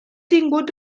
tingut